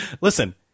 Listen